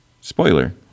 Spoiler